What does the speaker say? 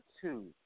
two